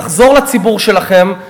לחזור לציבור שלכם.